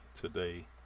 today